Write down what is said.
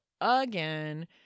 again